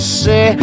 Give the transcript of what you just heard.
say